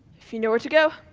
if you know where to go.